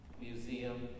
museum